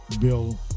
bill